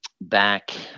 back